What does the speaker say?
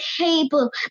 table